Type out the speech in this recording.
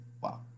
Wow